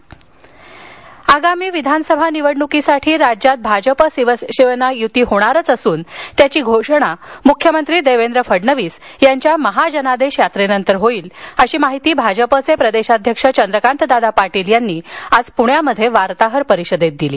युती पाटील आगामी विधानसभा निवडणुकीसाठी राज्यात भाजप शिवसेना युती होणारच असून त्याची घोषणा मुख्यमंत्री देवेंद्र फडणवीस यांच्या महाजानदेश यात्रेनंतर होईल अशी माहिती भाजपचे प्रदेशाध्यक्ष चंद्रकांत दादा पाटील यांनी आज पुण्यात वार्ताहरपरिषदेत दिली